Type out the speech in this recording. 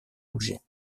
objet